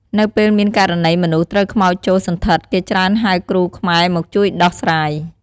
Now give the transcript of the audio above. នៅពេលមានករណីមនុស្សត្រូវខ្មោចចូលសណ្ឋិតគេច្រើនហៅគ្រូខ្មែរមកជួយដោះស្រាយ។